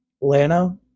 Lana